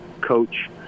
coach